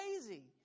crazy